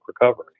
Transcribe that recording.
recovery